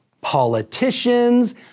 politicians